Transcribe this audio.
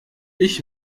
ich